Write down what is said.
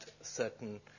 certain